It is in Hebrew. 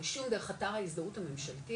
הרישום דרך אתר ההזדהות הממשלתי,